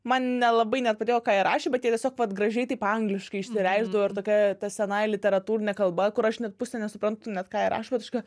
man nelabai net padėjo ką jie rašė bet jie tiesiog vat gražiai taip angliškai išsireikšdavo ir tokia ta sena literatūrine kalba kur aš net pusė nesuprantu net ką jie rašo ir aš tokia